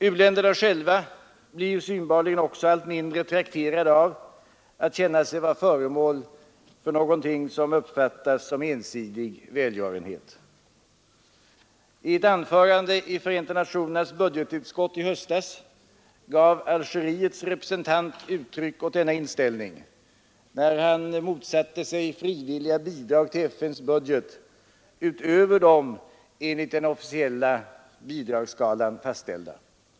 U-länderna själva blir synbarligen också allt mindre trakterade av att känna sig vara föremål för vad som kan uppfattas som ensidig välgörenhet. I ett anförande i Förenta nationernas budgetutskott i höstas gav Algeriets representant uttryck åt denna inställning, när han motsatte sig frivilliga bidrag till FN:s budget utöver de enligt den officiella bidragsskalan fastställda.